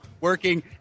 working